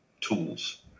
tools